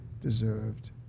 deserved